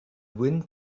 wind